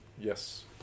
Yes